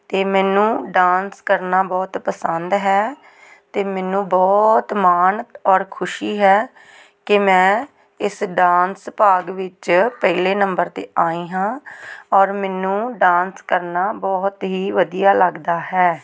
ਅਤੇ ਮੈਨੂੰ ਡਾਂਸ ਕਰਨਾ ਬਹੁਤ ਪਸੰਦ ਹੈ ਅਤੇ ਮੈਨੂੰ ਬਹੁਤ ਮਾਣ ਔਰ ਖੁਸ਼ੀ ਹੈ ਕਿ ਮੈਂ ਇਸ ਡਾਂਸ ਭਾਗ ਵਿੱਚ ਪਹਿਲੇ ਨੰਬਰ 'ਤੇ ਆਈ ਹਾਂ ਔਰ ਮੈਨੂੰ ਡਾਂਸ ਕਰਨਾ ਬਹੁਤ ਹੀ ਵਧੀਆ ਲੱਗਦਾ ਹੈ